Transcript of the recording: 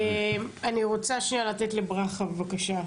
אני רוצה שנייה לתת לברכה, בבקשה.